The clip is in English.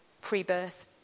pre-birth